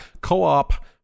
co-op